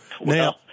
Now